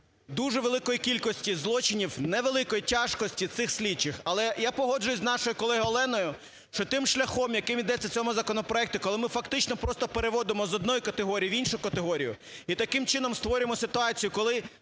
дуже великої кількості злочинів невеликої тяжкості цих слідчих. Але я погоджуюсь з нашою колегою Оленою, що тим шляхом, який йдеться в цьому законопроекті, коли ми фактично просто переводимо з однієї категорії в іншу категорію і таким чином створюємо ситуацію, коли